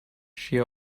she